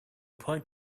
point